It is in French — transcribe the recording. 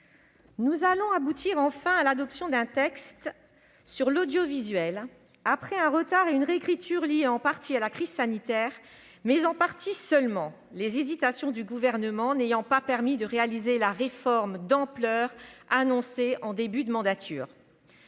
nous allons aboutir enfin à l'adoption d'un texte sur l'audiovisuel, après un retard et une réécriture liés en partie à la crise sanitaire, mais en partie seulement, car les hésitations du Gouvernement n'ont pas permis de réaliser la réforme d'ampleur annoncée en début de mandature.